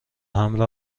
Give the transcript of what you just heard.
حمل